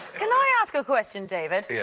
can i ask a question, david? yes.